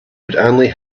could